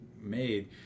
made